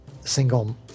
single